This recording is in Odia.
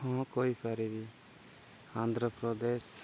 ହଁ କହିପାରିବି ଆନ୍ଧ୍ରପ୍ରଦେଶ